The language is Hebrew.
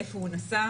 איפה הוא נסע.